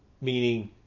meaning